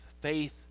Faith